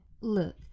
Look